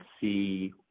see